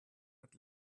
hat